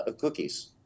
cookies